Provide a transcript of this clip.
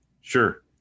Sure